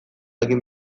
egin